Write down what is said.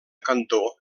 cantó